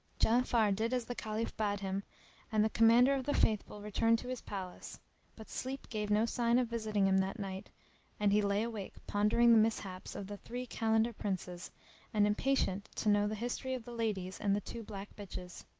ja'afar did as the caliph bade him and the commander of the faithful returned to his palace but sleep gave no sign of visiting him that night and he lay awake pondering the mishaps of the three kalandar princes and impatient to know the history of the ladies and the two black bitches.